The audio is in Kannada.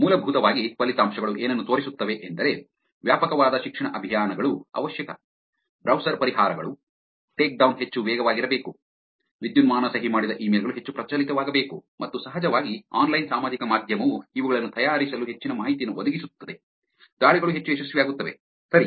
ಮೂಲಭೂತವಾಗಿ ಫಲಿತಾಂಶಗಳು ಏನನ್ನು ತೋರಿಸುತ್ತವೆ ಎಂದರೆ ವ್ಯಾಪಕವಾದ ಶಿಕ್ಷಣ ಅಭಿಯಾನಗಳು ಅವಶ್ಯಕ ಬ್ರೌಸರ್ ಪರಿಹಾರಗಳು ಟೇಕ್ ಡೌನ್ ಹೆಚ್ಚು ವೇಗವಾಗಿರಬೇಕು ವಿದ್ಯುನ್ಮಾನ ಸಹಿ ಮಾಡಿದ ಇಮೇಲ್ ಗಳು ಹೆಚ್ಚು ಪ್ರಚಲಿತವಾಗಬೇಕು ಮತ್ತು ಸಹಜವಾಗಿ ಆನ್ಲೈನ್ ಸಾಮಾಜಿಕ ಮಾಧ್ಯಮವು ಇವುಗಳನ್ನು ತಯಾರಿಸಲು ಹೆಚ್ಚಿನ ಮಾಹಿತಿಯನ್ನು ಒದಗಿಸುತ್ತದೆ ದಾಳಿಗಳು ಹೆಚ್ಚು ಯಶಸ್ವಿಯಾಗುತ್ತವೆ ಸರಿ